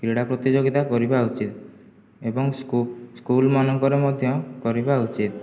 କ୍ରୀଡ଼ା ପ୍ରତିଯୋଗିତା କରିବା ଉଚିତ୍ ଏବଂ ସ୍କୁଲ୍ମାନଙ୍କରେ ମଧ୍ୟ କରିବା ଉଚିତ୍